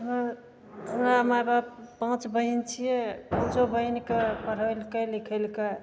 हमर हमरा माइ बाप पाँच बहिन छिए पाँचो बहिनके पढ़ेलकै लिखेलकै